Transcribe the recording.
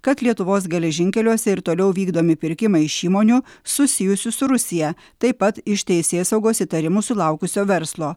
kad lietuvos geležinkeliuose ir toliau vykdomi pirkimai iš įmonių susijusių su rusija taip pat iš teisėsaugos įtarimų sulaukusio verslo